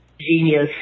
genius